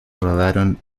rodaron